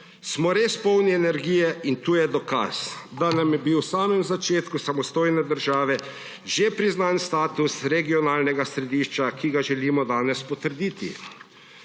smo res polni energije, in tu je dokaz, da nam je bil v samem začetku samostojne države že priznan status regionalnega središča, ki ga želimo danes potrditi.